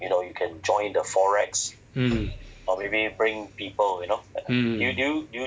mm mm